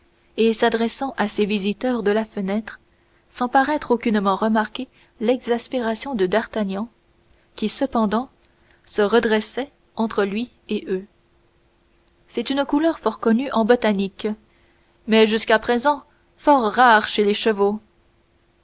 et s'adressant à ses auditeurs de la fenêtre sans paraître aucunement remarquer l'exaspération de d'artagnan qui cependant se redressait entre lui et eux c'est une couleur fort connue en botanique mais jusqu'à présent fort rare chez les chevaux